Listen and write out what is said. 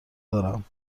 دارم